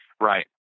Right